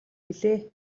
билээ